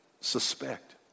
suspect